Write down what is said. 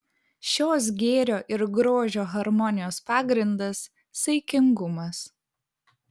šios gėrio ir grožio harmonijos pagrindas saikingumas